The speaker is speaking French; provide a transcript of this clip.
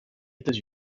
états